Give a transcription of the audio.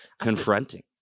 confronting